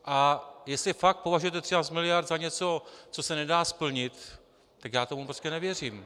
A jestli fakt považujete 13 mld. za něco, co se nedá splnit, tak já tomu prostě nevěřím.